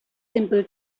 simple